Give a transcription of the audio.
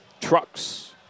trucks